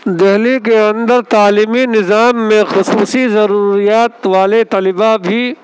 دہلی کے اندر تعلیمی نظام میں خصوصی ضروریات والے طلبا بھی